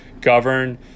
govern